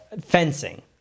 fencing